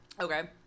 Okay